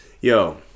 Yo